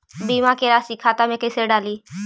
बीमा के रासी खाता में कैसे डाली?